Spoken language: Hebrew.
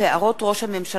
29 לחודש מרס 2011 למניינם.